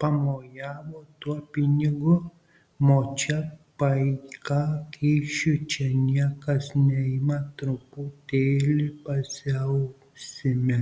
pamojavo tuo pinigu močia paika kyšių čia niekas neima truputėlį pasiausime